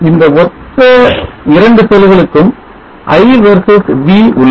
இந்த ஒத்த 2 செல்களுக்கும் I versus V உள்ளது